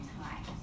time